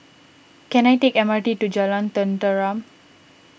can I take M R T to Jalan Tenteram